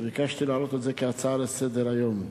וביקשתי להעלות את זה כהצעה לסדר-היום.